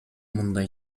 мындай